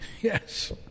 Yes